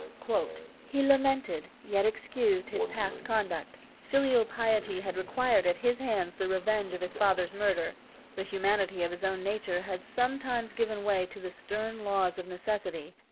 he lamented, yet excused, his past conduct. filial piety had required at his hands the revenge of his father's murder the humanity of his own nature had sometimes given way to the stern laws of necessity,